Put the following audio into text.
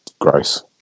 gross